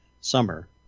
summer